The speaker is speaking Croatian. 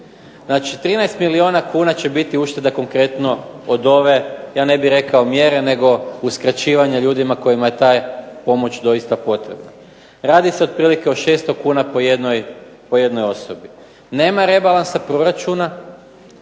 Znači, 13 milijuna kuna će biti ušteda konkretno od ove, ja ne bih rekao mjere nego uskraćivanja ljudima kojima je ta pomoć doista potrebna. Radi se otprilike o 600 kuna po jednoj osobi. Nema rebalansa proračuna,